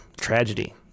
tragedy